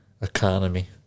economy